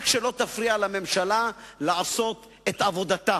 רק שלא תפריע לממשלה לעשות את עבודתה,